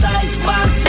icebox